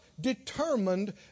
determined